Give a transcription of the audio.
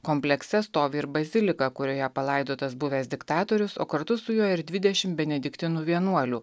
komplekse stovi ir bazilika kurioje palaidotas buvęs diktatorius o kartu su juo ir dvidešim benediktinų vienuolių